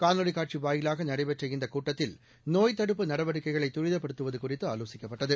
காணொலி காட்சி வாயிலாக நடைபெற்ற இந்த கூட்டத்தில் நோய் தடுப்பு நடவடிக்கைகளை துரிதப்படுத்துவது குறித்து ஆலோசிக்கப்பட்டது